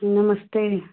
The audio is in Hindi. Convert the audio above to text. नमस्ते